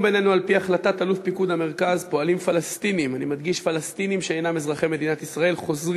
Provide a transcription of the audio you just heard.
חוסר